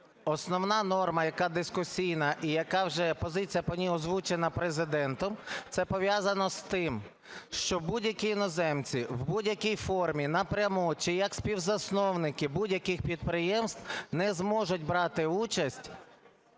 Основна норма, яка дискусійна, і яка вже позиція по ній озвучена Президентом, це пов'язано з тим, що будь-які іноземці в будь-якій формі – напряму чи як співзасновники будь-яких підприємств – не зможуть брати участь